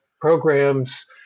programs